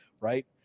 right